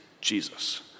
Jesus